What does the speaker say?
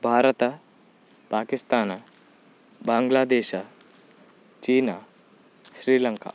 Bharat Pakistan Bangladesh China Sri Lanka